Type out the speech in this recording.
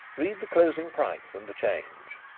read the closing price and the change.